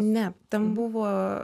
ne ten buvo